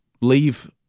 Leave